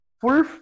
full